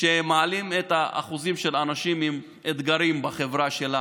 שמעלות את האחוזים של האנשים עם האתגרים בחברה שלנו,